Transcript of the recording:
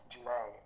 July